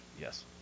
Yes